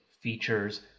features